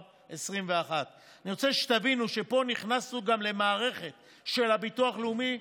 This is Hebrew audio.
2021. אני רוצה שתבינו שפה נכנסנו גם למערכת של הביטוח הלאומי,